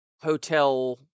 hotel